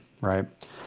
right